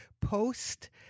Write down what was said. post